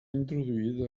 introduït